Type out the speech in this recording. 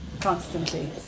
constantly